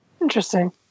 Interesting